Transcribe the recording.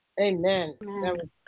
Amen